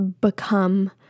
become